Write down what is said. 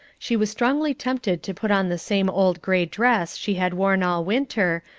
she was strongly tempted to put on the same old gray dress she had worn all winter,